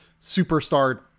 superstar